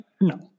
No